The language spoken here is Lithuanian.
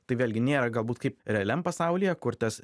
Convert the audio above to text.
tai vėlgi nėra galbūt kaip realiam pasaulyje kur tas